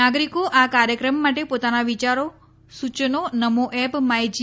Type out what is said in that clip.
નાગરિકો આ કાર્યક્રમ માટે પોતાના વિયારો સૂચનો નમો એપ માય જી